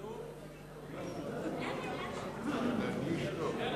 סעיפים 1 4 נתקבלו.